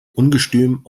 ungestüm